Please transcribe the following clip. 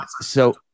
so-